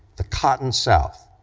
the cotton south,